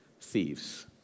thieves